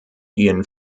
ihren